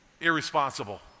Irresponsible